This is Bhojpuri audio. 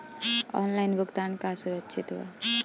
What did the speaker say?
ऑनलाइन भुगतान का सुरक्षित बा?